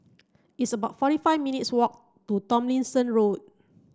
it's about forty five minutes' walk to Tomlinson Road